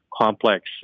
complex